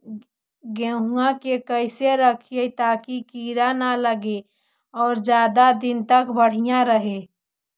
गेहुआ के कैसे रखिये ताकी कीड़ा न लगै और ज्यादा दिन तक बढ़िया रहै?